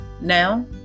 now